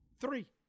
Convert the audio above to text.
three